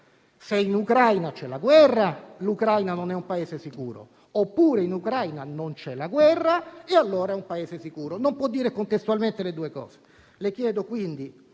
se in Ucraina c'è la guerra, l'Ucraina non è un Paese sicuro; oppure in Ucraina non c'è la guerra e allora è un Paese sicuro, ma non può dire contestualmente le due cose. Le chiedo quindi,